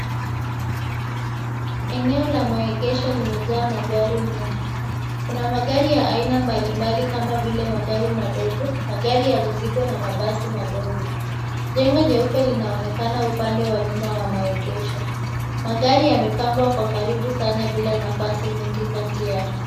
Eneo la maegesho limejaa magari mengi. Kuna magari ya aina mbalimbali kama vile magari madogo, magari ya mizigo na mabasi madogo. Jengo jeupe linaonekana upande wa nyuma wa maegesho. Magari yamepangwa kwa karibu sana bila nafasi nyingi kati yao.